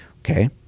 Okay